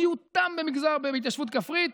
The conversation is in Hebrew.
ומיעוטם במגזר ההתיישבות הכפרית.